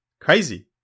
Crazy